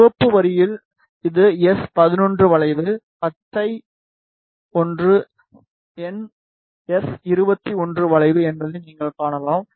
சிவப்பு வரியில் இது எஸ் 11 வளைவு பச்சை ஒன்று எஸ் 21 வளைவு என்பதை நீங்கள் காணலாம்